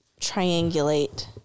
triangulate